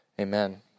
amen